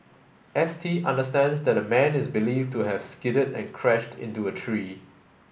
S T understands that the man is believed to have skidded and crashed into a tree